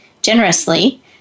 generously